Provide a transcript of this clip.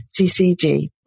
CCG